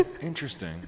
interesting